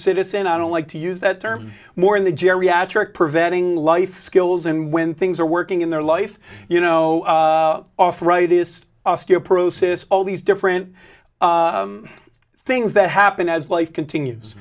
citizen i don't like to use that term more in the geriatric preventing life skills and when things are working in their life you know off right is osteoporosis all these different things that happen as life continues